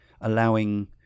allowing